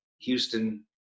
Houston